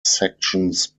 sections